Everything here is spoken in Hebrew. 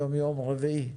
היום יום רביעי.